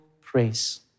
praise